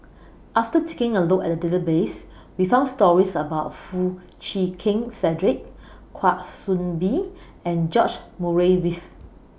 after taking A Look At The Database We found stories about Foo Chee Keng Cedric Kwa Soon Bee and George Murray Reith